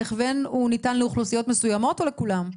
ההכוון הוא ניתן לאוכלוסיות מסוימות או לכולם?